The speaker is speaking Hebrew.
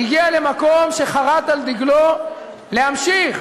היא הגיעה למקום שחרת על דגלו להמשיך,